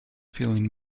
feeling